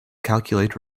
calculate